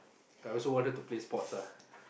I also want her to play sports ah